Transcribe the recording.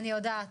אני יודעת.